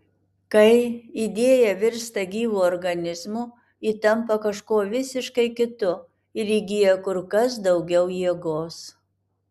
kai idėja virsta gyvu organizmu ji tampa kažkuo visiškai kitu ir įgyja kur kas daugiau jėgos